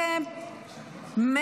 מה